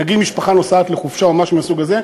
נגיד משפחה נוסעת לחופשה או משהו מהסוג הזה,